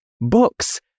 books